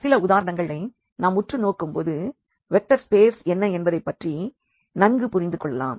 சில உதாரணங்களை நாம் உற்று நோக்கும் போது வெக்டர் ஸ்பேஸ் என்ன என்பதைப்பற்றி நன்கு புரிந்து கொள்ளலாம்